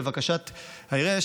לבקשת העירייה.